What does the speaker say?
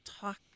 talk